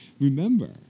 Remember